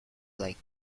like